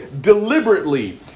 deliberately